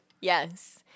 Yes